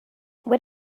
what